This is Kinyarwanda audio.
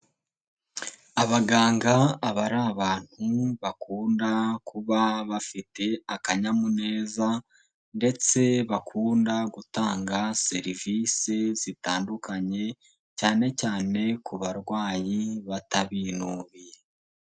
Abaganga baba ari abantu bakunda kuba bafite akanyamuneza, ndetse bakunda gutanga serivisi zitandukanye, cyane cyane ku barwayi batabinubiye.